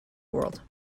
world